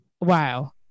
wow